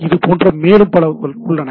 இது போல மேலும் பல உள்ளன